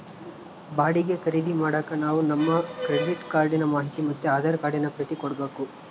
ಬಾಡಿಗೆ ಖರೀದಿ ಮಾಡಾಕ ನಾವು ನಮ್ ಕ್ರೆಡಿಟ್ ಕಾರ್ಡಿನ ಮಾಹಿತಿ ಮತ್ತೆ ಆಧಾರ್ ಕಾರ್ಡಿನ ಪ್ರತಿ ಕೊಡ್ಬಕು